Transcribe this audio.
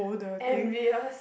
every years